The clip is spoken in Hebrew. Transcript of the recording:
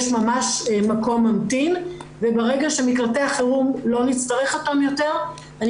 יש ממש מקום ממתין וברגע שלא נצטרך את מקלטי החירום יותר אני